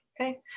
Okay